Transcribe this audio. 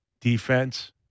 defense